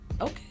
okay